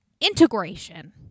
integration